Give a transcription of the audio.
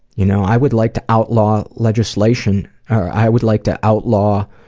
you know i would like to outlaw legislation, or i would like to outlaw,